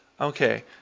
Okay